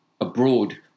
abroad